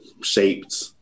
shaped